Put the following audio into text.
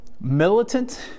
militant